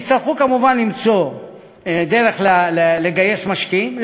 הם יצטרכו כמובן למצוא דרך לגייס משקיעים.